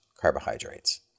carbohydrates